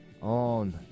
on